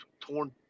torn